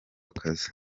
akazi